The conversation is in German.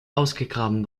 ausgegraben